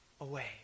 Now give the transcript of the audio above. away